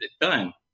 done